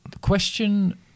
Question